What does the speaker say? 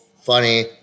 funny